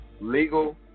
legal